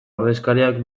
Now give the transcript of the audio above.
ordezkariak